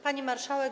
Pani Marszałek!